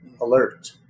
alert